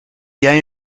jij